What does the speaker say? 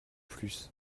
plus